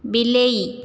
ବିଲେଇ